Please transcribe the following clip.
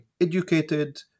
educated